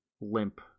limp